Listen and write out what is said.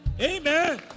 Amen